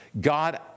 God